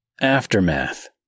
Aftermath